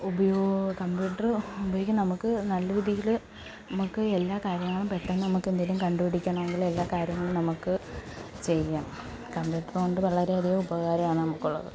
ഉപയോ കമ്പ്യൂട്ടറ് ഉപയോഗിക്കും നമ്മൾക്ക് നല്ല രീതിയിൽ നമുക്ക് എല്ലാ കാര്യങ്ങളും പെട്ടെന്ന് നമുക്ക് എന്തേലും കണ്ടുപിടിക്കണമെങ്കിൽ എല്ലാ കാര്യങ്ങളും നമുക്ക് ചെയ്യാം കമ്പ്യൂട്ടറ് കൊണ്ട് വളരെ അധികം ഉപകാരം ആണ് നമുക്കുള്ളത്